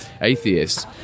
atheists